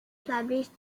published